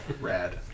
Rad